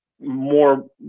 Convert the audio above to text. more